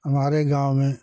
हमारे गाँव में